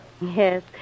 Yes